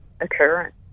occurrence